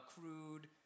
crude